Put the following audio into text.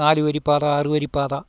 നാല് വരി പാത ആറു വരി പാത